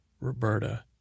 Roberta